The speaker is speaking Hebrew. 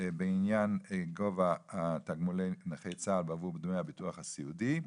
בעניין גובה תמולי נכי צה"ל בעבור דמי הביטוח הסיעודי.